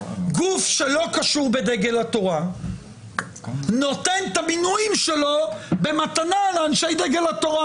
גוף שלא קשור בדגל התורה נותן את המינויים שלו במתנה לאנשי דגל התורה.